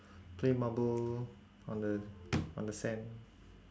play marble on the on the sand